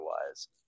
Otherwise